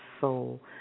soul